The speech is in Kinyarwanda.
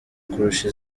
kurusha